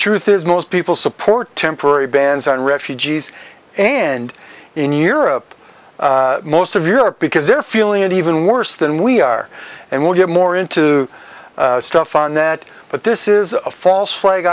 truth is most people support temporary bans on refugees and in europe most of europe because they're feeling it even worse than we are and we'll get more into stuff on that but this is a false flag